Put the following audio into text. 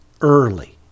early